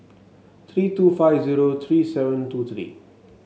three two five zero three seven two three